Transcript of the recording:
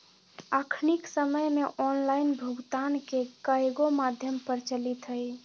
अखनिक समय में ऑनलाइन भुगतान के कयगो माध्यम प्रचलित हइ